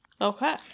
Okay